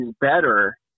better